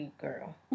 Girl